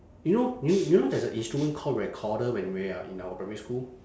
you know you know you know there's a instrument called recorder when we are in our primary school